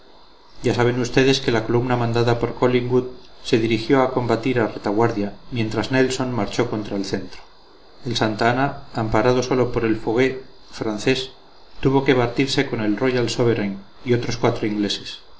ya saben ustedes que la columna mandada por collingwood se dirigió a combatir la retaguardia mientras nelson marchó contra el centro el santa ana amparado sólo por el fougueux francés tuvo que batirse con el royal sovereign y otros cuatro ingleses